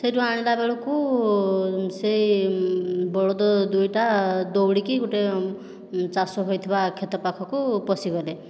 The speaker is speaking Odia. ସେଇଠୁ ଆଣିଲା ବେଳକୁ ସେଇ ବଳଦ ଦୁଇଟା ଦୌଡ଼ିକି ଗୋଟିଏ ଚାଷ ହୋଇଥିବା କ୍ଷେତ ପାଖକୁ ପଶିଗଲେ